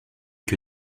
que